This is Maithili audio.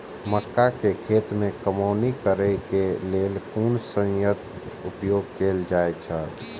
मक्का खेत में कमौनी करेय केय लेल कुन संयंत्र उपयोग कैल जाए छल?